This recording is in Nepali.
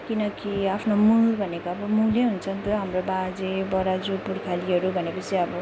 किनकि आफ्नो मूल भनेको अब मूल नै हुन्छ नि त हाम्रो बाजे बराजु पूर्खालीहरू भनेपछि अब